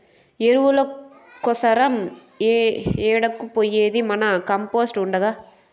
ఎరువుల కోసరం ఏడకు పోయేది మన కంపోస్ట్ ఉండగా